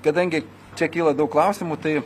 kadangi čia kyla daug klausimų tai